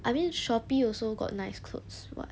I mean shopee also got nice clothes [what]